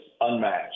unmatched